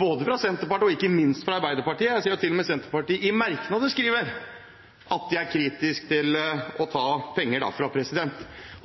både fra Senterpartiet og ikke minst fra Arbeiderpartiet. Jeg ser til og med at Senterpartiet i merknader skriver at de er kritisk til å ta penger derfra.